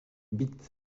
bit